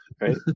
right